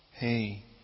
Hey